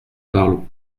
parle